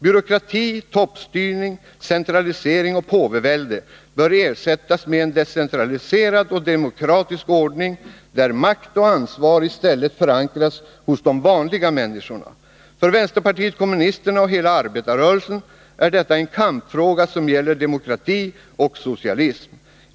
Byråkrati, toppstyrning, centralisering och påvevälde bör ersättas med en decentraliserad och demokratisk ordning, där makt och ansvar i stället förankras hos de vanliga människorna. För vänsterpartiet kommunisterna och hela arbetarrörelsen är detta en kampfråga som gäller demokrati och socialism.